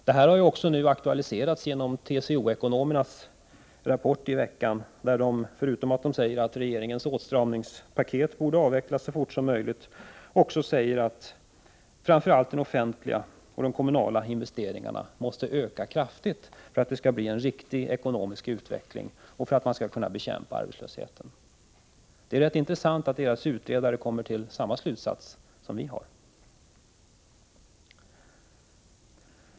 Det här har också aktualiserats genom TCO-ekonomernas rapport i förra veckan, där de — förutom att de säger att regeringens åtstramningspaket borde avvecklas så fort som möjligt — också uttalar att framför allt de offentliga och de kommunala investeringarna måste öka kraftigt för att det skall bli en riktig ekonomisk utveckling och för att man skall kunna bekämpa arbetslösheten. Det är rätt intressant att TCO:s utredare kommer till samma slutsats som den vi har kommit till.